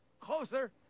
closer